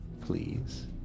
please